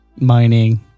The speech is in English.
Mining